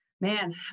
Man